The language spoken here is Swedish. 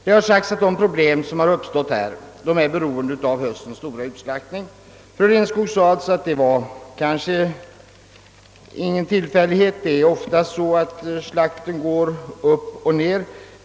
Det har anförts att de problem som uppstått skulle bero på höstens stora utslaktning. Fru Lindskog sade att en sådan inte är ovanlig och att slaktsiffrorna ofta går upp och ned.